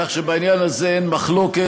כך שבעניין הזה אין מחלוקת,